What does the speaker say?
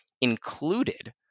included